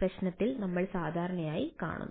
പ്രശ്നത്തിൽ നമ്മൾ സാധാരണയായി കാണുന്നത്